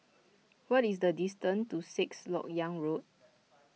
what is the distance to Sixth Lok Yang Road